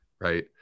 Right